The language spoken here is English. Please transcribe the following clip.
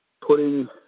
Putting